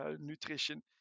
nutrition